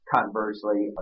Conversely